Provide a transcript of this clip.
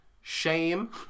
shame